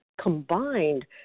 combined